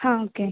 ஹாம் okay